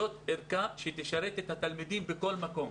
זאת ערכה שתשרת את התלמידים בכל מקום.